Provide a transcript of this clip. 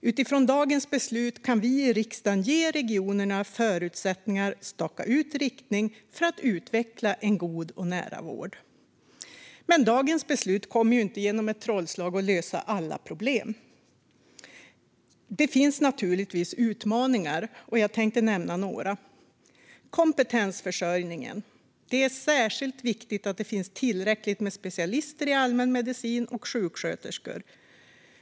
Utifrån dagens beslut kan vi i riksdagen ge regionerna förutsättningar och staka ut riktningen för att utveckla en god och nära vård. Dagens beslut kommer dock inte att som genom ett trollslag lösa alla problem. Det finns naturligtvis utmaningar. Jag vill nämna några av dem. Låt mig börja med kompetensförsörjningen. Det är särskilt viktigt att det finns tillräckligt med specialister i allmänmedicin och sjuksköterskor.